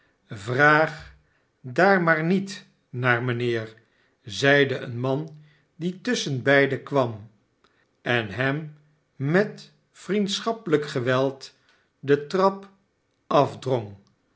daar maar niet naar mijnheer zeide een man die tusschenbeide kwam en hem met vriendschappelijk geweld de trapafdrong maak